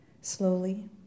Slowly